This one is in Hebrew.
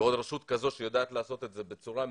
ועוד רשות כזאת שיודעת לעשות את זה בצורה מקצועית,